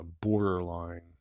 borderline